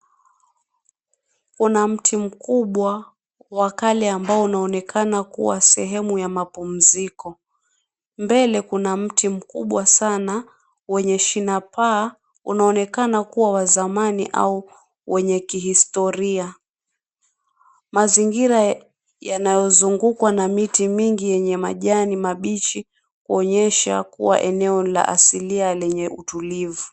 Kuna mti mkubwa wa kale ambao unaonekana kuwa sehemu ya mapumziko. Mbele kuna mti mkubwa sana wenye shina paa, unaonekana kuwa wa zamani au wenye kihistoria. Mazingira yanayozungukwa na miti mingi yenye majani mabichi huonyesha kuwa eneo la asilia lenye utulivu.